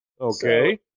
Okay